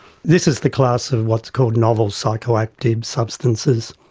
this is the class of what's called novel psychoactive substances,